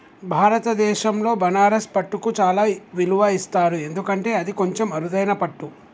భారతదేశంలో బనారస్ పట్టుకు చాలా విలువ ఇస్తారు ఎందుకంటే అది కొంచెం అరుదైన పట్టు